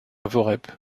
voreppe